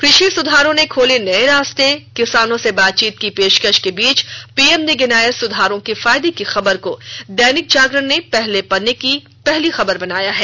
कृषि सुधारों ने खोले नये रास्ते किसानों से बातचीत की पेशकश के बीच पीएम ने गिनाये सुधारों के फायदे की खबर को दैनिक जागरण ने पहले पन्ने की पहली खबर बनाया है